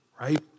right